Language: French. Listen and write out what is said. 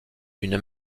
une